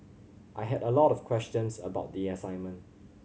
I had a lot of questions about the assignment